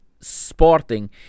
Sporting